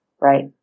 Right